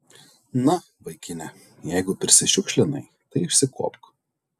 na vaikine jeigu prisišiukšlinai tai išsikuopk